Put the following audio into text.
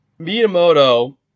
Miyamoto